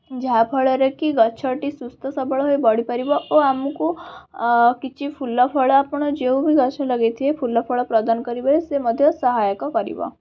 ଯାହା ଫଳରେକି ଗଛଟି ସୁସ୍ଥ ସବଳ ହୋଇ ବଢ଼ିପାରିବ ଓ ଆମକୁ କିଛି ଫୁଲ ଫଳ ଆପଣ ଯେଉଁ ବି ଗଛ ଲଗେଇଥିବେ ଫୁଲ ଫଳ ପ୍ରଦାନ କରିବାରେ ସେ ମଧ୍ୟ ସହାୟକ କରିବ